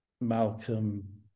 Malcolm